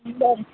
बरें